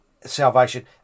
salvation